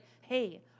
Hey